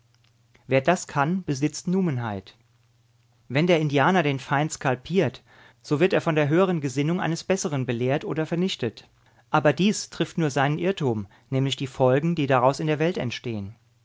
wer das kann besitzt numenheit wenn der indianer den feind skalpiert so wird er von der höheren gesittung eines besseren belehrt oder vernichtet aber dies trifft nur seinen irrtum nämlich die folgen die daraus in der welt entstehen